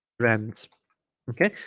friends okay